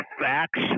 Facts